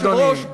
תודה, אדוני.